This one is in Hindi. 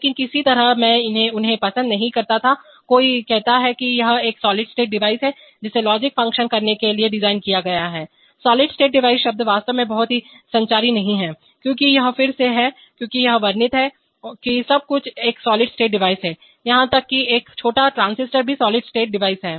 लेकिन किसी तरह मैं उन्हें पसंद नहीं करता थाकोई कहता है कि यह एक सॉलिड स्टेट डिवाइस है जिसे लॉजिक फंक्शन करने के लिए डिज़ाइन किया गया है सॉलिड स्टेट डिवाइस शब्द वास्तव में बहुत ही संचारी नहीं है क्योंकि यह फिर से है क्योंकि यह वर्णित है कि सब कुछ एक सॉलिड स्टेट डिवाइस है यहां तक कि एक छोटा ट्रांजिस्टर भी सॉलिड स्टेट डिवाइस है